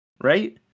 Right